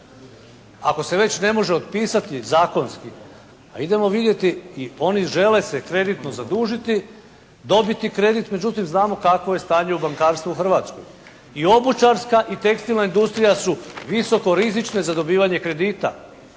Ako se već ne može otpisati zakonski, idemo vidjeti i oni žele se kreditno zadužiti, dobiti kredit, međutim znamo kakvo je stanje u bankarstvu u Hrvatskoj. I obućarska i tekstilna industrija su visoko rizične za dobivanje kredita.